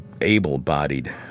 able-bodied